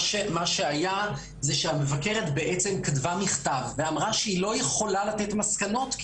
מה שהיה זה שהמבקרת בעצם כתבה מכתב ואמרה שהיא לא יכולה לתת מסקנות,